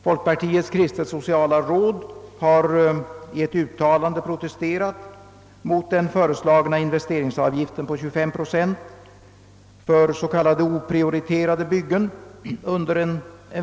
Folkpartiets kristet-söociala råd har i ett uttalande protesterat mot den föreslagna investeringsavgiften på 25 procent under viss tid för s.k. oprioriterade byggen.